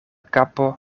kapo